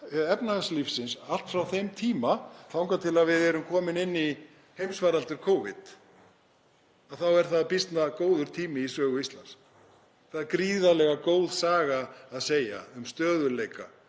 efnahagslífsins allt frá þeim tíma þangað til við erum komin í heimsfaraldur Covid þá er það býsna góður tími í sögu Íslands. Það er gríðarlega góð saga að segja um stöðugleika,